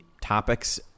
topics